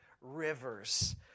rivers